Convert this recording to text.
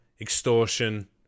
extortion